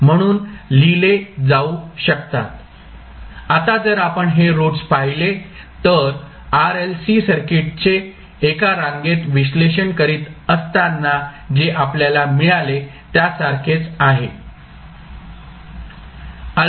आता जर आपण हे रूट्स पाहिले तर RLC सर्किटचे एका रांगेत विश्लेषण करीत असताना जे आपल्याला मिळाले त्यासारखेच आहे